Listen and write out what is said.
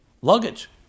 luggage